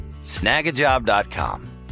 Snagajob.com